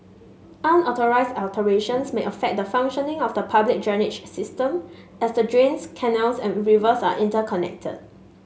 unauthorised alterations may affect the functioning of the public drainage system as the drains canals and rivers are interconnected